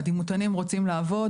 הדימותנים רוצים לעבוד,